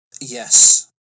Yes